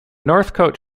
northcote